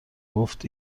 گفت